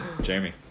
Jamie